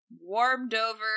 warmed-over